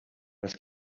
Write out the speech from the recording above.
was